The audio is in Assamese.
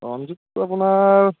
ৰঞ্জিতটো আপোনাৰ